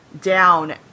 down